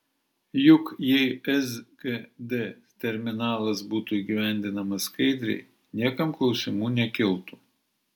juk jei sgd terminalas būtų įgyvendinamas skaidriai niekam klausimų nekiltų